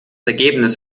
ergebnis